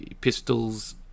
pistols